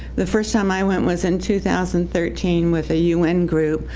the first time i went was in two thousand thirteen with a un group.